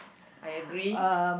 I agree